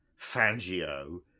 fangio